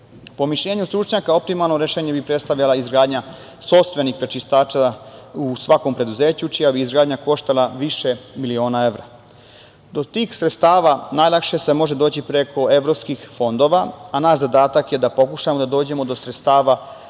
mišljenju stručnjaka optimalno rešenje bi predstavljala izgradnja sopstvenih prečistača u svakom preduzeću čija bi izgradnja koštala više miliona evra. Do tih sredstava najlakše se može doći preko evropskih fondova, a naš zadatak je da pokušamo da dođemo do sredstava